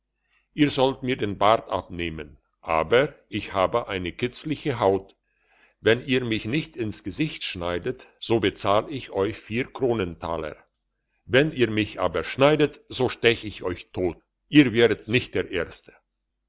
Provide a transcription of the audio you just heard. ihr sollt mir den bart abnehmen aber ich habe eine kitzliche haut wenn ihr mich nicht ins gesicht schneidet so bezahl ich euch vier kronentaler wenn ihr mich aber schneidet so stech ich euch tot ihr wäret nicht der erste